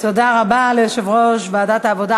תודה רבה ליושב-ראש ועדת העבודה,